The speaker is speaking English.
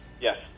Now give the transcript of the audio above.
yes